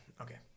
okay